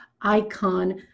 icon